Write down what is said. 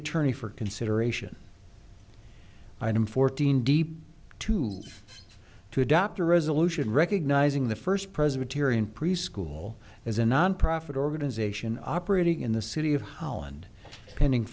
attorney for consideration item fourteen deep to life to adopt a resolution recognizing the first presbyterian preschool as a nonprofit organization operating in the city of holland pending